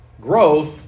Growth